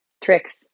Tricks